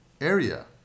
area